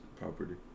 property